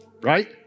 Right